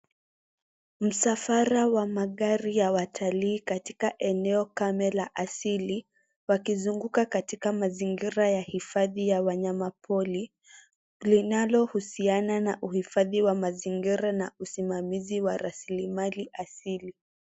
Msafara wa magari ya watalii katika eneo kame la asili, wakizunguka katika mazingira ya hifadhi ya wanyama pori, linalohusiana na uhifadhi wa mazingira na usimamizi wa rasilimali asili.